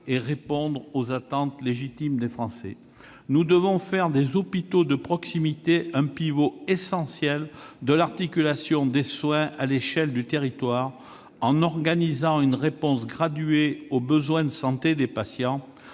et répondre aux attentes légitimes des Français. Nous devons faire des hôpitaux de proximité un pivot essentiel de l'articulation des soins à l'échelle du territoire en organisant une réponse graduée aux besoins de santé des patients